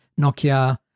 Nokia